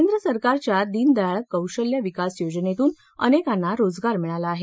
केंद्र सरकारच्या दीनदयाळ कौशल्य विकास योजनेतून अनेकांना रोजगार मिळाला आहे